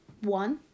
one